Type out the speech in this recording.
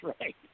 right